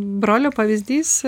brolio pavyzdys